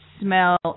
smell